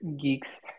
geeks